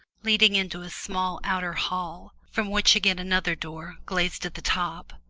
leading into a small outer hall, from which again another door, glazed at the top,